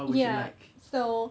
ya so